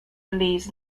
believes